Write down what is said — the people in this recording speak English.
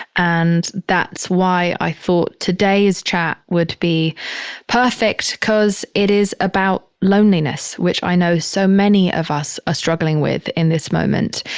and that's why i thought today's chat would be perfect, cause it is about loneliness, which i know so many of us are ah struggling with in this moment.